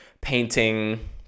painting